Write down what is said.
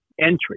entry